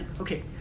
Okay